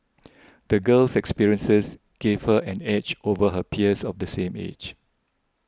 the girl's experiences gave her an edge over her peers of the same age